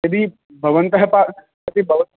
यदि भवन्तः